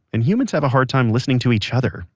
and humans have a hard time listening to each other,